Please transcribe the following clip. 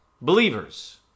believers